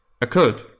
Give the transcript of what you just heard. Occurred